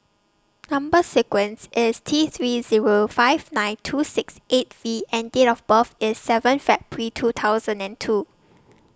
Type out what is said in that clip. Number sequence IS T three Zero five nine two six eight V and Date of birth IS seven February two thousand and two